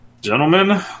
Gentlemen